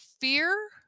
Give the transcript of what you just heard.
fear